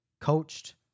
coached